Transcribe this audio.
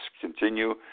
continue